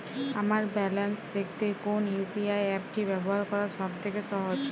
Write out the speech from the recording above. আমার ব্যালান্স দেখতে কোন ইউ.পি.আই অ্যাপটি ব্যবহার করা সব থেকে সহজ?